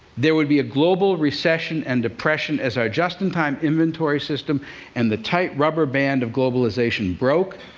there would be a global recession and depression as our just-in-time inventory system and the tight rubber band of globalization broke,